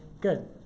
good